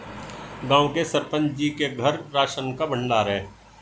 गांव के सरपंच जी के घर राशन का भंडार है